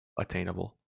attainable